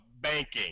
banking